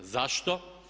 Zašto?